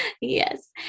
yes